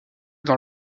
dans